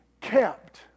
kept